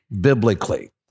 biblically